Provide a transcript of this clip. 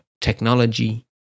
technology